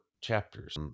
chapters